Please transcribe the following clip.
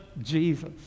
Jesus